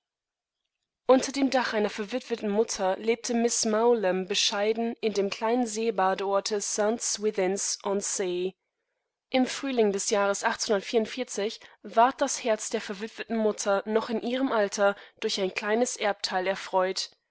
unter dem dach einer verwitweten mutter lebte miß mowlem bescheiden in dem kleinen seebadeorte st swithins on sea im frühling des jahres ward das herz der verwitweten mutter noch in ihrem alter durch ein kleines erbteil erfreut